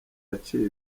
yaciye